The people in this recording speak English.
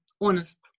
honest